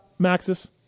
Maxis